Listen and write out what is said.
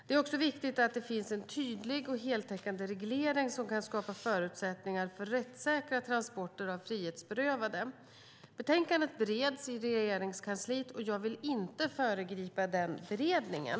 Det är också viktigt att det finns en tydlig och heltäckande reglering som kan skapa förutsättningar för rättssäkra transporter av frihetsberövade. Betänkandet bereds i Regeringskansliet. Jag vill inte föregripa den beredningen.